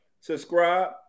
subscribe